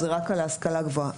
זה רק על ההשכלה הגבוהה.